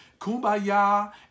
Kumbaya